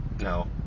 no